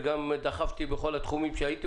וגם דחפתי בכל התחומים שהייתי,